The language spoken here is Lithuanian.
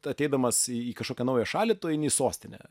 ateidamas į kažkokią naują šalį tu eini į sostinę